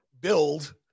build